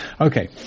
Okay